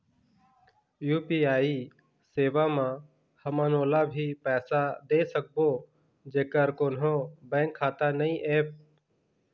UPI सेवा म हमन ओला भी पैसा दे सकबो जेकर कोन्हो बैंक खाता नई ऐप?